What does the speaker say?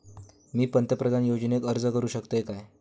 मी पंतप्रधान योजनेक अर्ज करू शकतय काय?